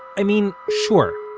i mean, sure,